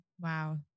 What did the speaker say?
Wow